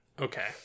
Okay